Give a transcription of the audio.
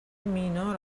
مینا